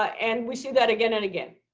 ah and we see that again and again.